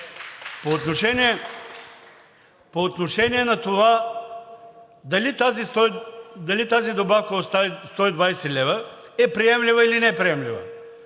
По отношение на това дали тази добавка от 120 лв. е приемлива, или не е приемлива.